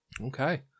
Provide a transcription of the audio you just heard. Okay